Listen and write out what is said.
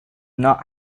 not